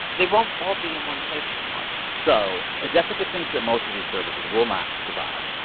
they won't all be in one place anymore so ah jessica thinks that most of these services will not survive.